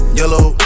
yellow